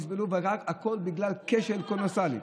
הכול בגלל כשל קולוסלי.